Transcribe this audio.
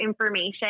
information